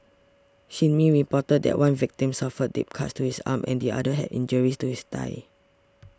Shin Min reported that one victim suffered deep cuts to his arm and the other had injuries to his thigh